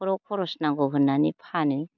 न'खराव खरस नांगौ होननानै फानो